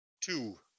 two